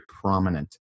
prominent